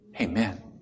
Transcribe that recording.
Amen